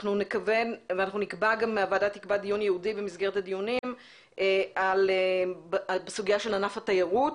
והוועדה תקבע גם דיון ייעודי במסגרת הדיונים על סוגיה של ענף התיירות.